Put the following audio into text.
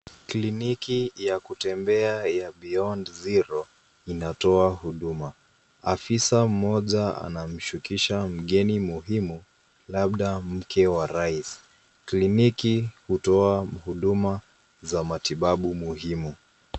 kliniki ya kutembea ya Beyond Zero, inatoa huduma. Afisa mmoja anamshukisha mgeni muhimu labda mke wa rais. Kliniki hutoa huduma za matibabu muhimu.